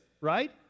right